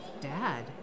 Dad